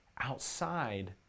outside